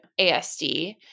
ASD